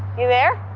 you there?